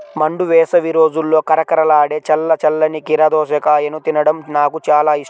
మండు వేసవి రోజుల్లో కరకరలాడే చల్ల చల్లని కీర దోసకాయను తినడం నాకు చాలా ఇష్టం